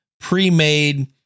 pre-made